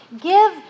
Give